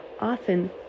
Often